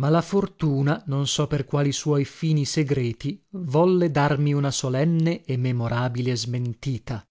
ma la fortuna non so per quali suoi fini segreti volle darmi una solenne e memorabile smentita